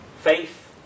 Faith